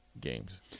games